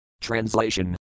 Translation